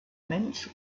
mensch